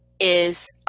is,